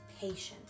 patience